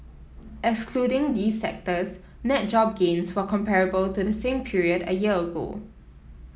excluding these sectors net job gains were comparable to the same period a year ago